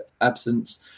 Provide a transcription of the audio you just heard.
absence